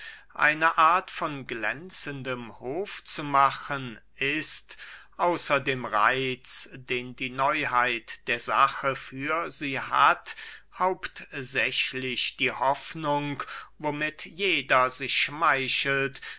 eine art von glänzendem hof zu machen ist außer dem reitz den die neuheit der sache für sie hat hauptsächlich die hoffnung womit jeder sich schmeichelt